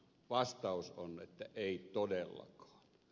vastaus on että ei todellakaan